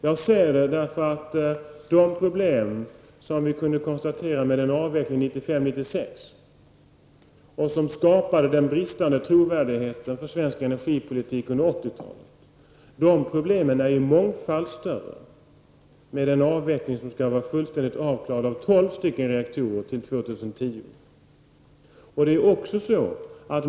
Jag säger det därför att de problem som vi kunde konstatera med en avveckling 1995--1996 -- och som skapade den bristande trovärdigheten för svensk energipolitik under 80-talet -- är mångfalt större med en avveckling av tolv reaktorer som skall vara fullständigt avklarad till år 2010.